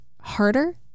harder